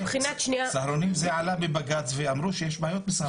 סהרונים זה עלה בבג"צ ואמרו שיש בעיות.